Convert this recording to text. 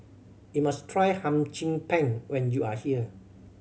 you must try Hum Chim Peng when you are here